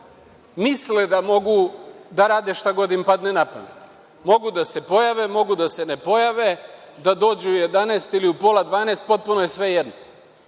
misle da mogu da rade šta god im padne na pamet. Mogu da se pojave, mogu da se ne pojave, da dođu u jedanaest ili u pola dvanaest, potpuno je svejedno,